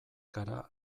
gara